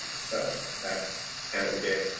so that's what we did.